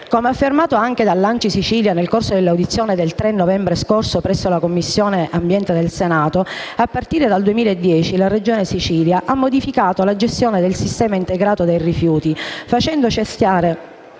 Come confermato anche dall'ANCI Sicilia nel corso dell'audizione del 3 novembre scorso presso la Commissione territorio, ambiente, beni ambientali del Senato, a partire dal 2010 la Regione Siciliana ha modificato la gestione del sistema integrato dei rifiuti, facendo cessare